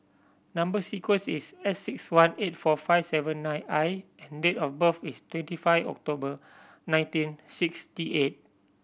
number sequence is S six one eight four five seven nine I and date of birth is twenty five October nineteen sixty eight